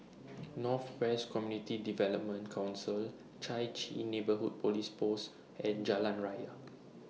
North West Community Development Council Chai Chee Neighbourhood Police Post and Jalan Raya